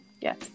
Yes